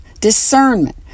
discernment